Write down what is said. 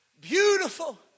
beautiful